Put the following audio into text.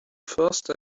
first